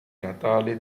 natale